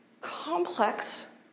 Complex